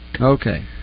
Okay